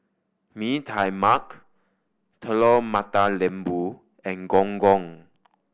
Mee Tai Mak Telur Mata Lembu and Gong Gong